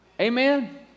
Amen